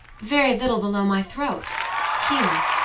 very little below my throat here,